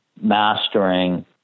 mastering